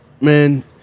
man